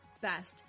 best